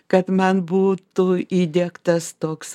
kad man būtų įdiegtas toks